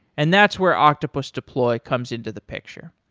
and that's where octopus deploy comes into the picture.